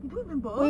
you don't remember